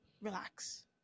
Relax